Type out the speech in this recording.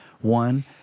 One